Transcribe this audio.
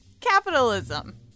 Capitalism